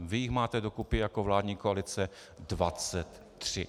Vy jich máte do kupy jako vládní koalice dvacet tři.